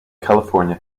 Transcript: california